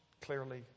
clearly